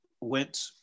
went